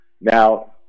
Now